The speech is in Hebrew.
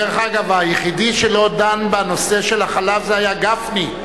דרך אגב, היחידי שלא דן בנושא של החלב היה גפני.